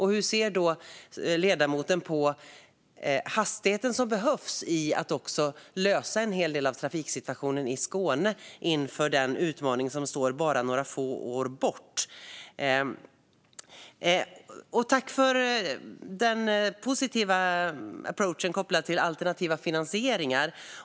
Hur ser ledamoten på hastigheten som behövs för att lösa en hel del av trafiksituationen i Skåne inför den utmaning som står bara några få år bort? Jag tackar Maria Stockhaus för den positiva approachen vad gäller alternativ finansiering.